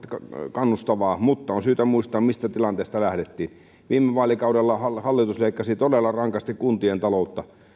kannustavaa mutta on syytä muistaa mistä tilanteesta lähdettiin viime vaalikaudella hallitus leikkasi todella rankasti kuntien taloutta